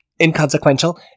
inconsequential